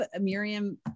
Miriam